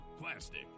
plastic